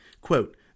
Quote